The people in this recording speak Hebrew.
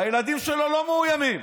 הילדים שלו לא מאוימים,